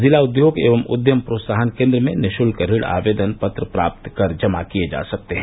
जिला उद्योग एवं उद्यम प्रोत्साहन केन्द्र में निशुल्क ऋण आवेदन पत्र प्राप्त कर जमा किये जा सकते हैं